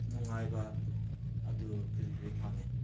ꯅꯨꯡꯉꯥꯏꯕ ꯑꯗꯨ ꯀꯔꯤ ꯀꯔꯤ ꯐꯪꯉꯦ